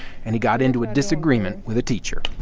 and he got into a disagreement with a teacher.